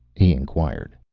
he inquired.